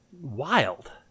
wild